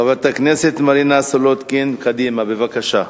חברת הכנסת מרינה סולודקין, בבקשה.